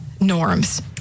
norms